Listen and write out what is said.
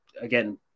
again